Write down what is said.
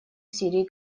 сирии